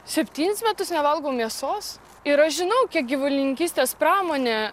septynis metus nevalgau mėsos ir aš žinau kiek gyvulininkystės pramonė